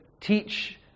teach